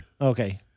Okay